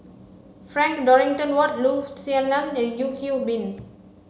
Frank Dorrington Ward Loo Zihan and Yeo Hwee Bin